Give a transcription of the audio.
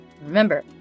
Remember